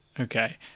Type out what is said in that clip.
Okay